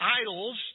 idols